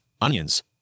onions